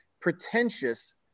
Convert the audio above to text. pretentious